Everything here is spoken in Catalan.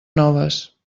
noves